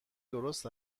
درست